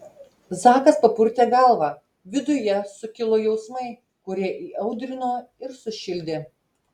zakas papurtė galvą viduje sukilo jausmai kurie įaudrino ir sušildė